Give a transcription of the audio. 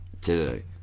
today